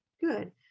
good